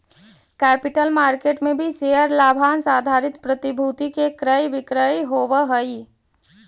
capital market में भी share लाभांश आधारित प्रतिभूति के क्रय विक्रय होवऽ हई